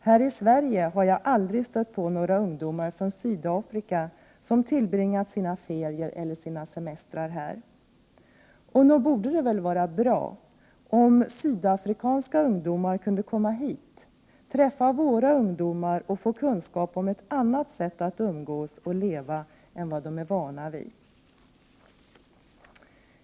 Här i Sverige har jag aldrig stött på några ungdomar från Sydafrika som tillbringat sina ferier eller sin semester här. Och nog borde det väl vara bra om sydafrikanska ungdomar kunde komma hit, träffa våra ungdomar och få kunskap om ett annat sätt att umgås och leva än vad de är vana vid.